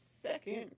second